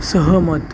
सहमत